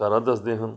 ਸਾਰਾ ਦੱਸਦੇ ਹਨ